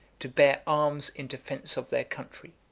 to bear arms in defence of their country.